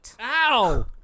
Ow